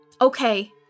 Okay